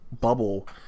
bubble